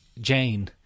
Jane